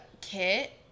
kit